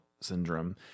syndrome